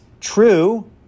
true